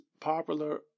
popular